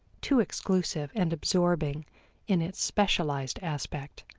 too exclusive and absorbing in its specialized aspect.